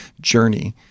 journey